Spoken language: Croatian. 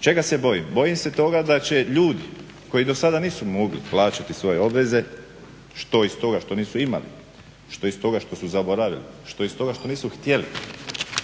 Čega se bojim? Bojim se toga da će ljudi koji do sada nisu mogli plaćati svoje obveze, što iz toga što nisu imali, to iz toga što su zaboravili, što iz toga što nisu htjeli.